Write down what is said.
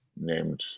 named